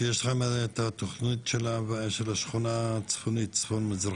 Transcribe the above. כי יש לכם את התכנית של השכונה הצפון מזרחית.